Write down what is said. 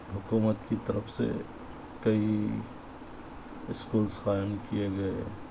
حکومت کی طرف سے کئی اسکولس قائم کیے گئے